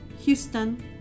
Houston